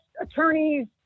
attorneys